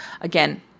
Again